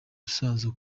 gusaza